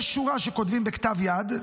יש שורה שכותבים בכתב יד,